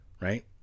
right